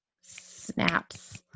Snaps